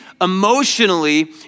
emotionally